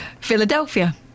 Philadelphia